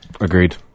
Agreed